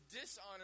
dishonor